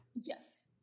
Yes